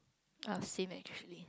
uh same actually